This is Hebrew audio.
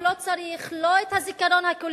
הוא לא צריך לא את הזיכרון הקולקטיבי,